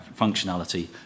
functionality